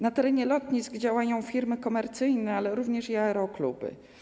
Na terenie lotnisk działają firmy komercyjne, ale również aerokluby.